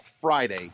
Friday